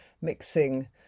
mixing